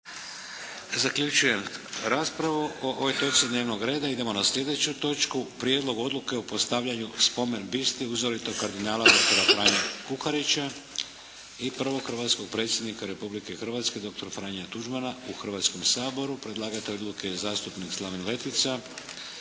**Šeks, Vladimir (HDZ)** Idemo na slijedeću točku. - Prijedlog odluke o postavljanju spomen-biste uzoritog kardinala dr. Franje Kuharića i prvog Predsjednika Republike Hrvatske dr. Franje Tuđmana u Hrvatskom saboru – predlagatelj zastupnik Slaven Letica